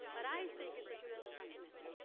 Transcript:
but i think it's a tremendous document.